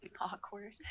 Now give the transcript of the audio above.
awkward